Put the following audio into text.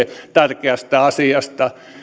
tärkeästä asiasta